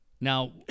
Now